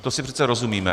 V tom si přece rozumíme.